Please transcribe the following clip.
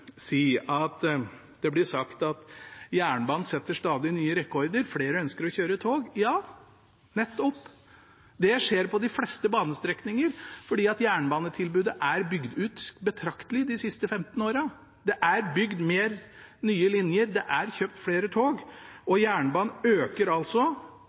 til slutt: Det blir sagt at jernbanen setter stadig nye rekorder, flere ønsker å kjøre tog. Ja, nettopp! Det skjer på de fleste banestrekninger fordi jernbanetilbudet er bygd ut betraktelig de siste 15 årene. Det er bygd flere nye linjer, det er kjøpt flere tog, og jernbanen øker altså